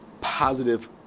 positive